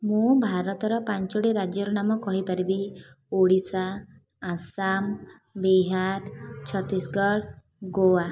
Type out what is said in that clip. ମୁଁ ଭାରତର ପାଞ୍ଚୋଟି ରାଜ୍ୟର ନାମ କହିପାରିବି ଓଡ଼ିଶା ଆସାମ ବିହାର ଛତିଶଗଡ଼ ଗୋଆ